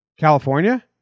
California